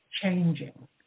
changing